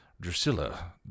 Drusilla